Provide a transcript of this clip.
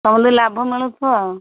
ଲାଭ ମିଳୁଥିବ ଆଉ